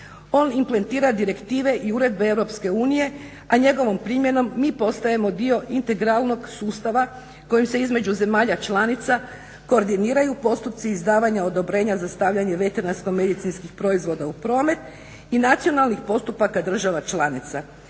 On implementira direktive i uredbe EU, a njegovom primjenom mi postajemo dio integralnog sustava kojim se između zemalja članica koordiniraju postupci izdavanja odobrenja za stavljanje veterinarsko-medicinskih proizvoda u promet i nacionalnih postupaka država članica